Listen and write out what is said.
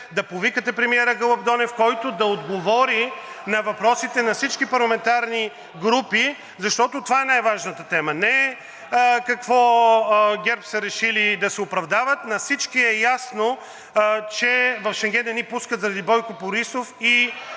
да повикате премиера Гълъб Донев, който да отговори на въпросите на всички парламентарни групи, защото това е най-важната тема, а не какво ГЕРБ са решили да се оправдават. На всички е ясно, че в Шенген не ни пускат заради Бойко Борисов и